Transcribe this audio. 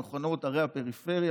המכונות ערי הפריפריה.